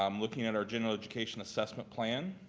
um looking at our general education assessment plan,